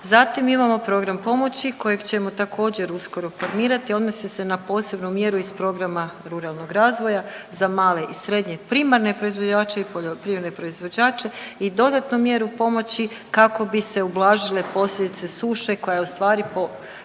Zatim imamo program pomoći kojeg ćemo također uskoro formirati. Odnosi se na posebnu mjeru iz programa ruralnog razvoja za male i srednje primarne proizvođače i poljoprivredne proizvođače i dodatnu mjeru pomoći kako bi se ublažile posljedice suše koja je u stvari po